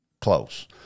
close